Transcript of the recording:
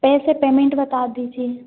पैसे पेमेंट बता दीजिए